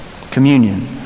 Communion